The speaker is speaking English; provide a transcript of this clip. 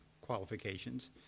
qualifications